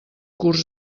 curs